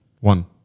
One